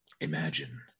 Imagine